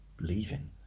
leaving